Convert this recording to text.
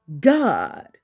God